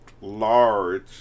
large